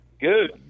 Good